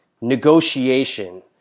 negotiation